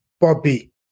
Bobby